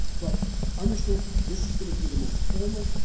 but understand this is going to be the most formal,